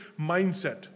mindset